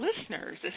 listeners